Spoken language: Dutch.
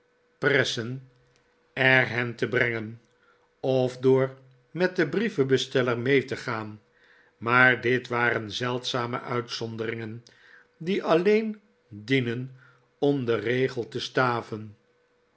pressen er hen te brengen of door met den brievenbesteller mee te gaan maar dit waren zeldzame uitzonderingen die alleen dienen om den regel te staven